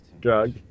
drug